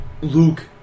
Luke